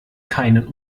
keinen